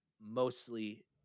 mostly